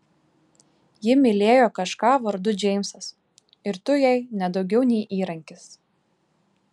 ji mylėjo kažką vardu džeimsas ir tu jai ne daugiau nei įrankis